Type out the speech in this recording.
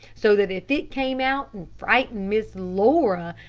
so that if it came out and frightened miss laura,